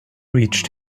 reach